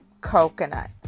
coconut